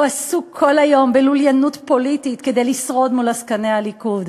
הוא עסוק כל היום בלוליינות פוליטית כדי לשרוד מול עסקני הליכוד.